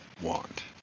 want